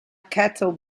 cattle